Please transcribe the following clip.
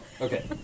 Okay